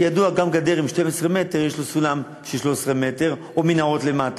ידוע שגם לגדר של 12 מטר יש סולם של 13 מטר או מנהרות למטה.